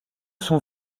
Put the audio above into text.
son